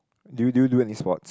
do you do you do any sports